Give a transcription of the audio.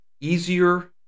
easier